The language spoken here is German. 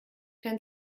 kein